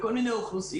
בכל מיני אוכלוסיות.